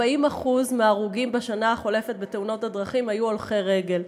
40% מההרוגים בתאונות הדרכים בשנה החולפת היו הולכי רגל.